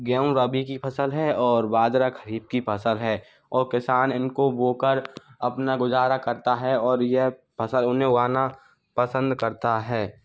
गेहूँ राबी की फ़सल है और बाजरा खरीफ़ की फ़सल है और किसान इनको बोकर अपना गुज़ारा करता है और यह फ़सल उन्हें उगाना पसंद करता है